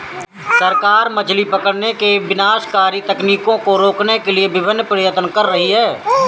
सरकार मछली पकड़ने की विनाशकारी तकनीकों को रोकने के लिए विभिन्न प्रयत्न कर रही है